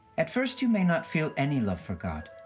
at first, you may not feel any love for god,